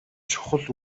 чухал